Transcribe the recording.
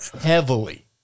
heavily